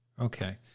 Okay